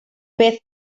pez